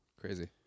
Crazy